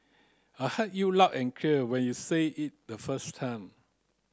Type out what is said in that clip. I heard you loud and clear when you said it the first time